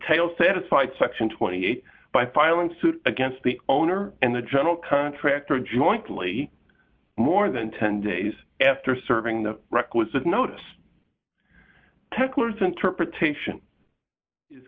tale satisfied section twenty eight by filing suit against the owner and the general contractor jointly more than ten days after serving the requisite notice tech loose interpretation